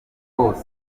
w’iki